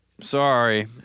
Sorry